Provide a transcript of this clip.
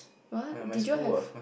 what did you all have